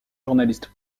journaliste